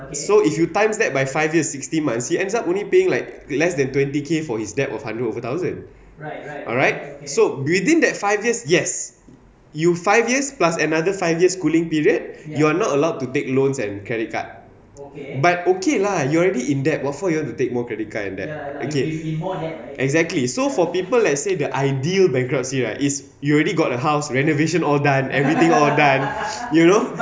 so if you times that by five years sixty months he ends up only paying like less than twenty K for his debt of hundred over thousand alright so within that five years yes you five years plus another five years cooling period you are not allowed to take loans and credit card but okay lah you already in debt what for you want to take more credit card and that exactly so for people like say the ideal bankruptcy right is you already got a house renovation all done everything all done you know